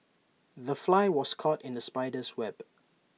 the fly was caught in the spider's web